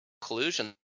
collusion